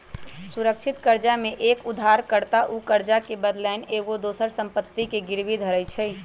सुरक्षित करजा में एक उद्धार कर्ता उ करजा के बदलैन एगो दोसर संपत्ति के गिरवी धरइ छइ